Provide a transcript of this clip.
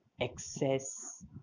excess